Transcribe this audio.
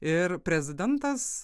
ir prezidentas